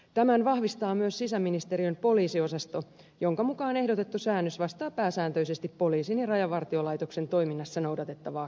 tämän vahvistaa myös sisäministeriön poliisiosasto jonka mukaan ehdotettu säännös vastaa pääsääntöisesti poliisin ja rajavartiolaitoksen toiminnassa noudatettavaa käytäntöä